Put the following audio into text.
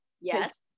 Yes